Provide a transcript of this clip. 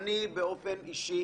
באופן אישי